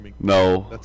no